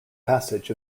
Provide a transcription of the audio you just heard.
passage